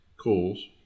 cools